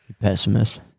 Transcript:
Pessimist